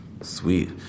sweet